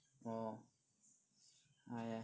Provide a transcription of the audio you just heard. orh !aiya!